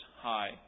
High